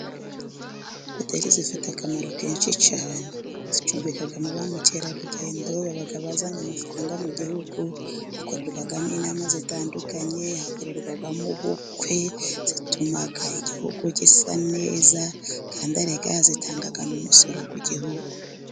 Hoteli zifite akamaro kenshi cyane ,zicumbikamo ba mukerarugendo baba bazanye amafaranga mu gihugu ,hakorerwamo inama zitandukanye, hakorerwamo ubukwe ,zi tuma igihugu gisa neza, kandi arega zitanga n' umusoro ku gihugu.